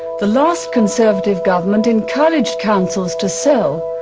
the last conservative government encouraged councils to sell,